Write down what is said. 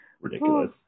Ridiculous